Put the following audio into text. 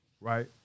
right